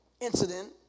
incident